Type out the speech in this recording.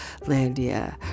landia